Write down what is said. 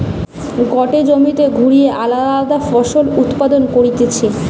গটে জমিতে ঘুরিয়ে আলদা আলদা ফসল উৎপাদন করতিছে